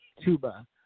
Tuba